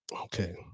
Okay